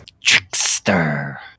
trickster